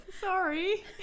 sorry